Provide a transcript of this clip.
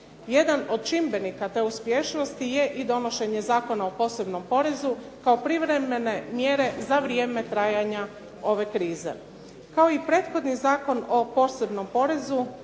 Jedan od čimbenika te uspješnosti je i donošenje Zakona o posebnom porezu kao privremene mjere za vrijeme trajanja ove krize. Kao i prethodni Zakon o posebnom porezu